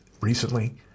recently